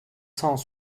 cent